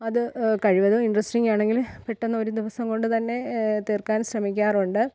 അത് കഴിവതും ഇൻട്രസ്റ്റിംഗ് ആണെങ്കിൽ പെട്ടെന്ന് ഒരു ദിവസം കൊണ്ട് തന്നെ തീർക്കാൻ ശ്രമിക്കാറുണ്ട്